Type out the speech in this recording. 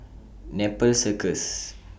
Nepal Circus